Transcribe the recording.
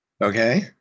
Okay